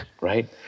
right